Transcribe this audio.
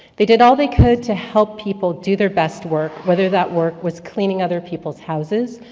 they did all they could to help people do their best work, whether that work was cleaning other people's houses,